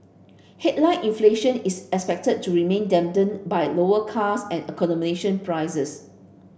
headline inflation is expected to remain dampened by lower cars and accommodation prices